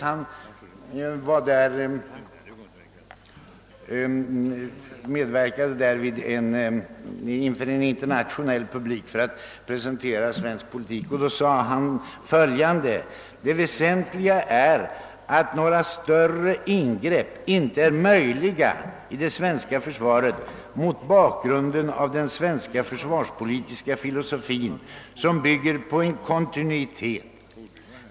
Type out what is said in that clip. Han sade då i fråga om det svenska försvaret bl.a. följande: »Det väsentliga är att några större ingrepp inte är möjliga mot bakgrunden av den svenska försvarspolitiska filosofin som bygger på en kontinuitet.